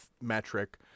metric